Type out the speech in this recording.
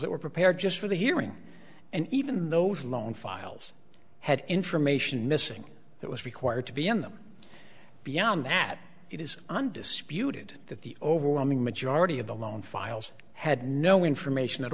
that were prepared just for the hearing and even those alone files had information missing that was required to be on them beyond that it is undisputed that the overwhelming majority of the loan files had no information at